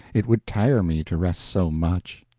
it would tire me to rest so much.